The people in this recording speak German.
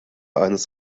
eines